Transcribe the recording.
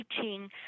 teaching